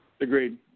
agreed